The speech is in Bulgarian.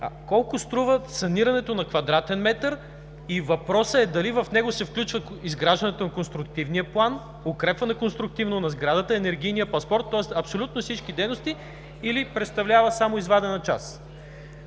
колко струва санирането на квадратен метър? Въпросът е дали в него се включват изграждането на конструктивния план, конструктивното укрепване на сградата, енергийният паспорт – тоест абсолютно всички дейности или само извадена част?